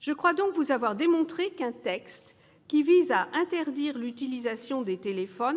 Je crois donc vous avoir démontré qu'un texte visant à interdire l'utilisation des téléphones